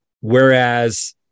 Whereas